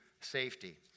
safety